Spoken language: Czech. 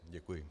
Děkuji.